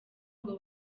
ngo